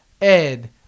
Ed